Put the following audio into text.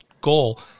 goal